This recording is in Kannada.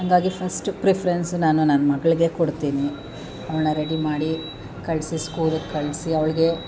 ಹಂಗಾಗಿ ಫಸ್ಟ್ ಪ್ರಿಫ್ರೆನ್ಸ್ ನಾನು ನನ್ನ ಮಗಳಿಗೆ ಕೊಡ್ತೀನಿ ಅವ್ಳನ್ನ ರೆಡಿ ಮಾಡಿ ಕಳಿಸಿ ಸ್ಕೂಲಿಗೆ ಕಳಿಸಿ ಅವ್ಳಿಗೆ